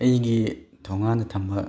ꯑꯩꯒꯤ ꯊꯣꯡꯒꯥꯟꯗ ꯊꯝꯕ